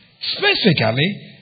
Specifically